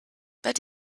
but